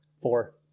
Four